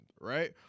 right